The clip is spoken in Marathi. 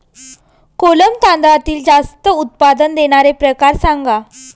कोलम तांदळातील जास्त उत्पादन देणारे प्रकार सांगा